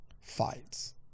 Fights